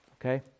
Okay